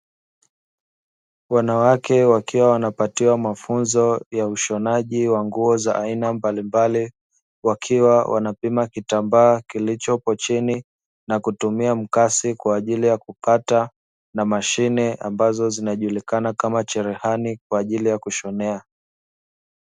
Wanawake wakiwa wanapaiwa mafunzo ya ushonaji wa nguo za aina mbalimbali, wakiwa wanapima kitambaa kilichopo chini na kutumia mkasi kwa ajili ya kukata, na mashine ambazo zinajulikana kama cherehani kwa ajili ya kushonea.